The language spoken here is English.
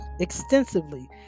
extensively